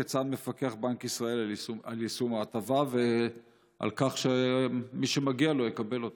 כיצד מפקח בנק ישראל על יישום ההטבה ועל כך שמי שמגיע לו יקבל אותה?